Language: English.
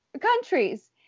countries